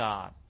God